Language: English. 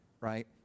right